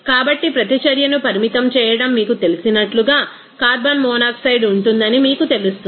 కాబట్టి ప్రతిచర్యను పరిమితం చేయడం మీకు తెలిసినట్లుగా కార్బన్ మోనాక్సైడ్ ఉంటుందని మీకు తెలుస్తుంది